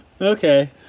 Okay